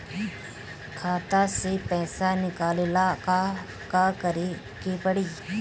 खाता से पैसा निकाले ला का का करे के पड़ी?